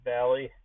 Valley